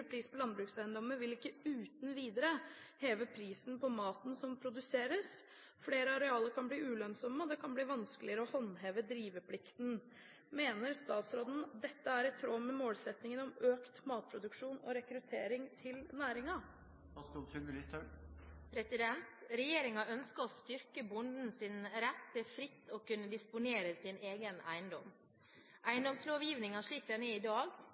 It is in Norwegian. pris på landbrukseiendommer vil ikke uten videre heve prisene på maten som produseres. Flere arealer kan bli ulønnsomme, og det kan bli vanskeligere å håndheve driveplikten. Mener statsråden dette er i tråd med målsettingene om økt matproduksjon og rekruttering til næringen?» Regjeringen ønsker å styrke bondens rett til fritt å kunne disponere sin egen eiendom. Eiendomslovgivningen slik den er i dag,